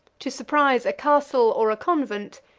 to surprise a castle or a convent,